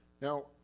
Now